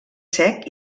sec